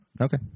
Okay